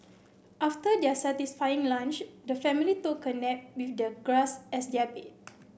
after their satisfying lunch the family took a nap with the grass as their bed